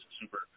super